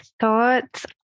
thoughts